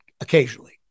occasionally